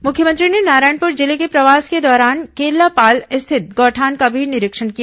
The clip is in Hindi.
मुख्यमंत्री ने नारायणपुर जिले के प्रवास के दौरान केरलापाल स्थित गौठान का भी निरीक्षण किया